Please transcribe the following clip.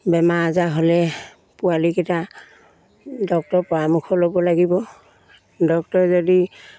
বেমাৰ আজাৰ হ'লে পোৱালিকেইটা ডক্টৰৰ পৰামৰ্শ ল'ব লাগিব ডক্টৰে যদি